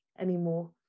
anymore